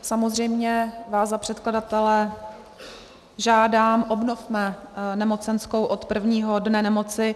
Samozřejmě vás za předkladatele žádám, obnovme nemocenskou od prvního dne nemoci.